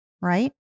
right